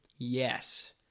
Yes